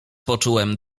poczułem